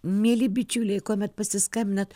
mieli bičiuliai kuomet pasiskambinat